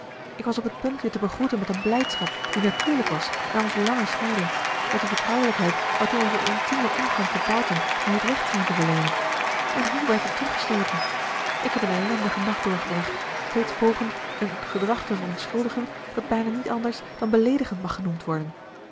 ik was op het punt je te begroeten met een blijdschap die natuurlijk was na onze lange scheiding met de vertrouwelijkheid waartoe onze intieme omgang te barton mij het recht scheen te verleenen en hoe werd ik teruggestooten ik heb een ellendigen nacht doorgebracht steeds pogend een gedrag te verontschuldigen dat bijna niet anders dan beleedigend mag genoemd worden